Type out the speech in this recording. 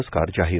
प्रस्कार जाहीर